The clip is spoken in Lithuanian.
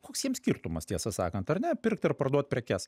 koks jiems skirtumas tiesą sakant ar ne pirkt ar parduot prekes